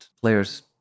players